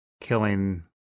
killing